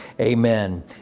Amen